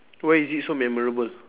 why is it so memorable